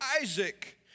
Isaac